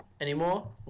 Anymore